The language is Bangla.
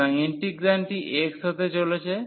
সুতরাং ইন্টিগ্রান্ডটি x হতে চলেছে